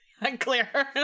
unclear